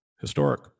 Historic